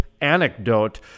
Anecdote